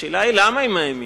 השאלה היא למה הם מאיימים.